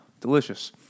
delicious